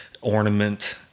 ornament